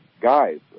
guys